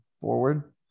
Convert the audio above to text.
forward